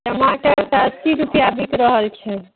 टमाटर तऽ अस्सी रुपैआ बिकि रहल छै